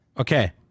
Okay